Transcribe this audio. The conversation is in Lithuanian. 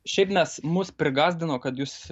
šiaip mes mus prigąsdino kad jūs